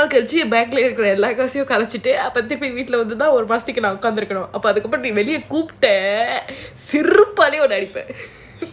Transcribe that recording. எல்லா காசையும் அழிச்சிட்டுதிரும்பி வீட்ல வந்து நான் உட்காந்துருக்கணும் அதுக்கப்புறம் என்ன வெளிய கூப்பிட்ட செருப்பாலேயே அடிப்பேன்:ellaa kaasaiyum alichittu thirumbi veetla vandhu naan utkanthurukanum adhukappuram enna veliya koopta serupalayae adippaen